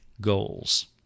goals